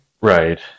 right